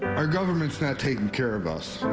our government is not taking care of us.